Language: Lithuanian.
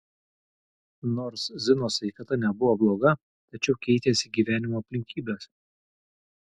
nors zinos sveikata nebuvo bloga tačiau keitėsi gyvenimo aplinkybės